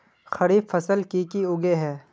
खरीफ फसल की की उगैहे?